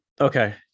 Okay